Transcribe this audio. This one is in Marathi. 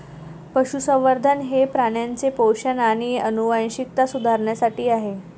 पशुसंवर्धन हे प्राण्यांचे पोषण आणि आनुवंशिकता सुधारण्यासाठी आहे